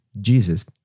Jesus